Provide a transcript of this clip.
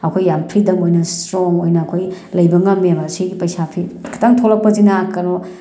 ꯑꯩꯈꯣꯏ ꯌꯥꯝ ꯐ꯭ꯔꯤꯗꯝ ꯑꯣꯏꯅ ꯏꯁꯇ꯭ꯔꯣꯡ ꯑꯣꯏꯅ ꯑꯩꯈꯣꯏ ꯂꯩꯕ ꯉꯝꯃꯦꯕ ꯁꯤꯒꯤ ꯄꯩꯁꯥ ꯐꯤ ꯈꯤꯇꯪ ꯊꯣꯛꯂꯛꯄꯁꯤꯅ ꯀꯩꯅꯣ